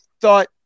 thought